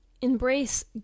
Embrace